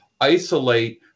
isolate